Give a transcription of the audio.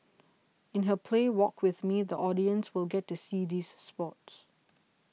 in her play Walk with Me the audience will get to see these spots